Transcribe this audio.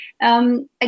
Again